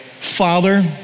Father